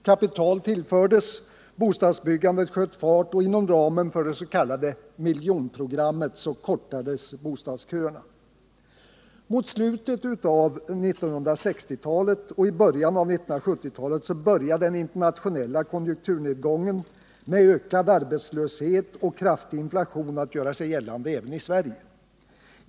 Kapital tillfördes, bostadsbyggandet sköt fart och inom ramen för det s.k. miljonprogrammet kortades bostadsköerna. Mot slutet av 1960-talet och i början av 1970-talet började den internationella konjunkturnedgången med ökad arbetslöshet och kraftig inflation att göra sig gällande även i Sverige.